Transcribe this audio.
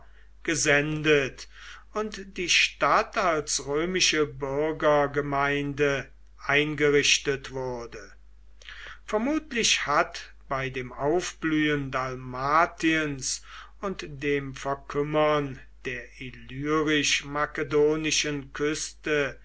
gesendet und die stadt als römische bürgergemeinde eingerichtet wurde vermutlich hat bei dem aufblühen dalmatiens und dem verkümmern der illyrisch makedonischen küste